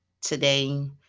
Today